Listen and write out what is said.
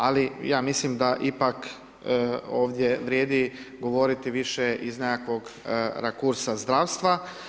Ali ja mislim da ipak ovdje vrijedi govoriti više iz nekakvog rakursa zdravstva.